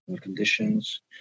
conditions